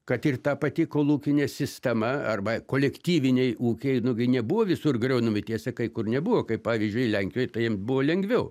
kad ir ta pati kolūkinė sistema arba kolektyviniai ūkiai nugi nebuvo visur griaunami tiesa kai kur nebuvo kaip pavyzdžiui lenkijoj tai jiem buvo lengviau